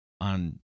on